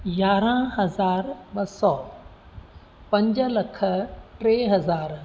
यारहां हज़ार ॿ सौ पंज लख टे हज़ार